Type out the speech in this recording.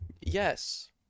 Yes